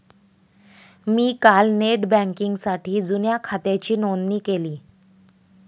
मी काल नेट बँकिंगसाठी जुन्या खात्याची नोंदणी केली